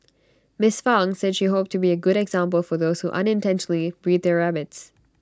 miss Fang said she hoped to be A good example for those who unintentionally breed their rabbits